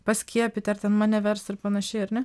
paskiepyti ar ten mane vers ir panašiai ar ne